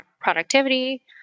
productivity